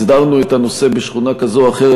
הסדרנו את הנושא בשכונה כזו או אחרת,